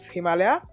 Himalaya